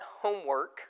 homework